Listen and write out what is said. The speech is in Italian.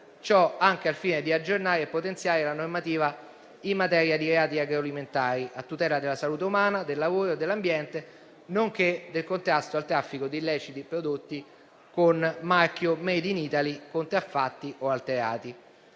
Ciò anche al fine di aggiornare e potenziare la normativa in materia di reati agroalimentari, a tutela della salute umana, del lavoro e dell'ambiente, nonché di contrastare il traffico illecito di prodotti con marchio *made in Italy* contraffatti o alterati.